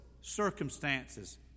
circumstances